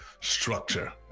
structure